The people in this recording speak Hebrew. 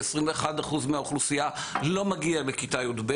ו-21% מהאוכלוסייה לא מגיעים לכיתה י"ב.